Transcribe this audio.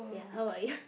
ya how are you